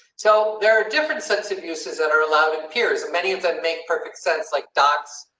so, there are different sets of uses that are allowed in peers. many of them make perfect sense like, dots.